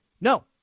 no